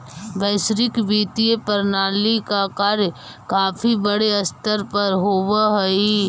वैश्विक वित्तीय प्रणाली का कार्य काफी बड़े स्तर पर होवअ हई